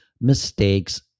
mistakes